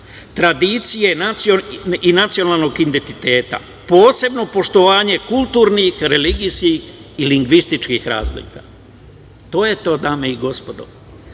tradicije i nacionalnog identiteta, posebno poštovanje kulturnih, religijskih i lingvističkih razlika. To je to dame i gospodo.U